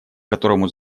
которому